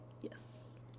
Yes